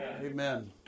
Amen